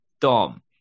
Dom